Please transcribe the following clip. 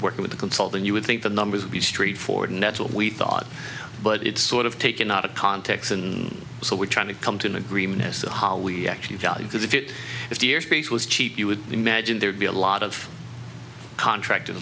working with a consultant you would think the numbers would be straightforward and that's what we thought but it's sort of taken out of context and so we're trying to come to an agreement as to how we actually value because if it if the speech was cheap you would imagine there'd be a lot of contract